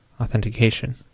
authentication